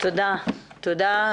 תודה לחבר הכנסת שוסטר.